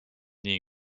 nii